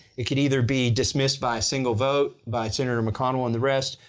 it could either be dismissed by a single vote, by senator mcconnell and the rest,